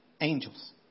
angels